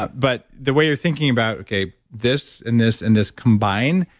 but but the way you're thinking about okay, this and this and this combine,